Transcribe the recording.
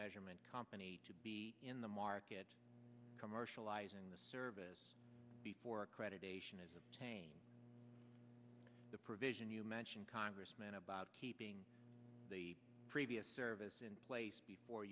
measurement company to be in the market commercializing the service before accreditation is obtained the provision you mention congressman about keeping the previous service in place before